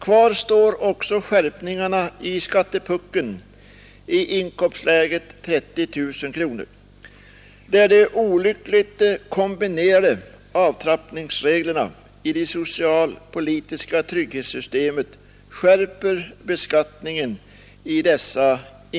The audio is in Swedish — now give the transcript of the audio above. Kvar står också verkningarna i skattepuckeln i inkomstläget 30 000 kronor, där de olyckligt kombinerade avtrappningsreglerna i det socialpolitiska trygghetssystemet skärper beskattningen.